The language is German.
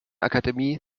akademie